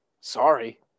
Sorry